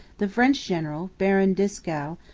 the french general, baron dieskau,